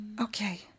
okay